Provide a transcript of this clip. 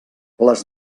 les